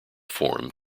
form